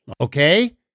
Okay